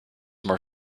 more